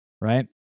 Right